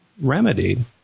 remedied